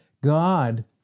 God